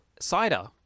Cider